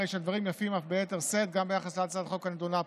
הרי שהדברים יפים אף ביתר שאת גם ביחס להצעת החוק הנדונה פה.